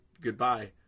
Goodbye